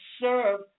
serve